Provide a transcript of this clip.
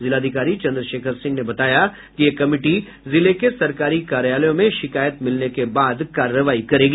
जिलाधिकारी चन्द्रशेखर सिंह ने बताया कि यह कमिटी जिले के सरकारी कार्यालयों में शिकायत मिलने के बाद कार्रवाई करेगी